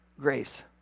grace